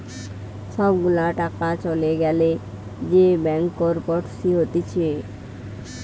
সব গুলা টাকা চলে গ্যালে যে ব্যাংকরপটসি হতিছে